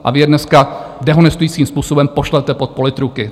A vy je dneska dehonestujícím způsobem pošlete pod politruky.